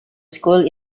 school